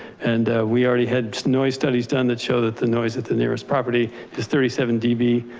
and we already had noise studies done that show that the noise at the nearest property is thirty seven db,